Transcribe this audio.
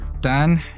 Dan